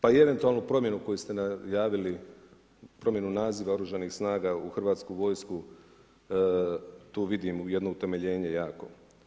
Pa i eventualnu promjeni koju ste najavili, promjenu naziva Oružanih snaga u Hrvatsku vojsku, tu vidim jedno utemeljenje jako.